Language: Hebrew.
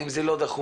האם זה לא דחוף?